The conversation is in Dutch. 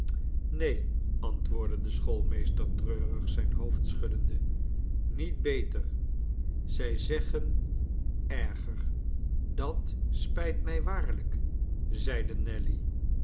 neen antwoordde de schoolmeester treurig zijn hoofd schuddende niet beter zij zeggen erger dat spijt mij waarlijk zeide nelly